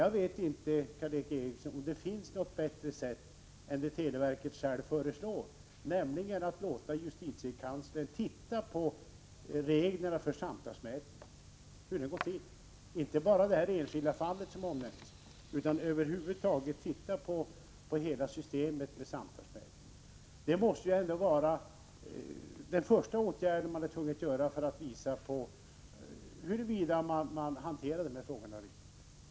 Jag vet inte, Karl Erik Eriksson, om det finns något bättre sätt än det som televerket självt föreslår, nämligen att låta justitiekanslern titta på reglerna för samtalsmätning, inte bara i det särskilda fall som omnämnts utan över huvud taget på hela systemet med samtalsmätning. Det måste ändå vara den första åtgärd som man är tvungen att vidta för att visa huruvida man hanterar frågorna riktigt.